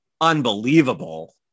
unbelievable